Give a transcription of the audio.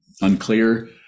unclear